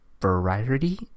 Variety